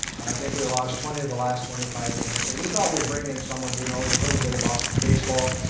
i think we lost twenty of the last twenty five games so and we thought we'd bring in someone who knows a little bit about baseball.